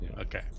Okay